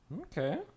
okay